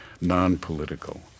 non-political